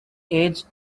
age